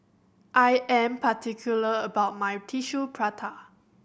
I am particular about my Tissue Prata